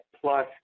plus